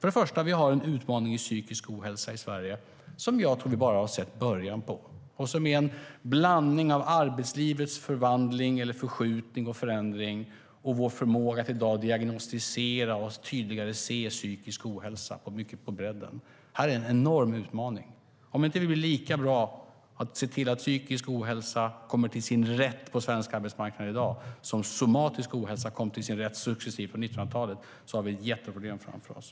För det första har vi i Sverige en utmaning vad gäller psykisk ohälsa, som jag tror att vi bara har sett början på. Den bottnar i en blandning av arbetslivets förskjutning och förändring och vår förmåga att i dag diagnostisera och tydligare se psykisk ohälsa på bredden. Det är en enorm utmaning. Om vi i inte blir lika bra på att komma till rätta med psykisk ohälsa på svensk arbetsmarknad som vi successivt kom till rätta med somatisk ohälsa på 1900-talet har vi ett jätteproblem framför oss.